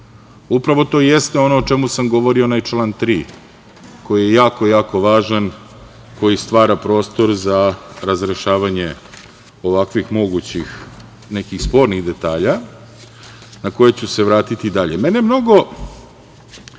Upravo to jeste ono o čemu sam govorio, onaj član 3. koji je jako važan, koji stvara prostor za razrešavanje ovakvih mogućih nekih spornih detalja na koje ću se vratiti dalje. Ne